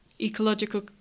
ecological